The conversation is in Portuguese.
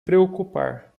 preocupar